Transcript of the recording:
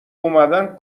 اومدن